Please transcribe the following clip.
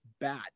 bad